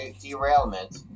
derailment